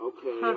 Okay